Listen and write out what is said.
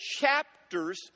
chapters